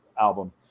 album